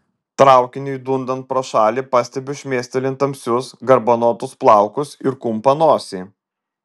traukiniui dundant pro šalį pastebiu šmėstelint tamsius garbanotus plaukus ir kumpą nosį